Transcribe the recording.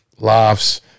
laughs